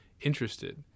interested